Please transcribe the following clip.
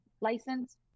license